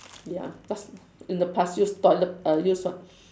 ya past in the past use toilet err use what